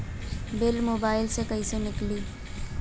Bill mobile से कईसे निकाली?